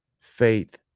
faith